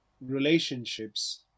relationships